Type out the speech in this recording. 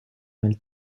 nel